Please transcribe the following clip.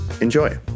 Enjoy